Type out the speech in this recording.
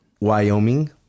Wyoming